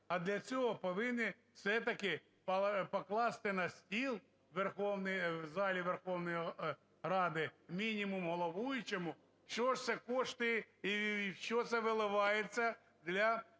А для цього повинні все-таки покласти на стіл в залі Верховної Ради, мінімум головуючому, що ж це коштує і в що це виливається для